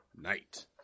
night